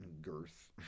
girth